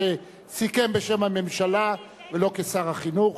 שסיכם בשם הממשלה ולא כשר החינוך.